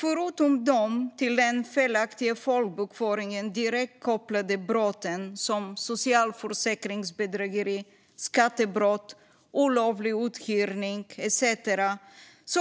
Förutom de till den felaktiga folkbokföringen direkt kopplade brotten, som socialförsäkringsbedrägeri, skattebrott, olovlig uthyrning etcetera,